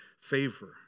favor